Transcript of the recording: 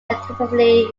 effectively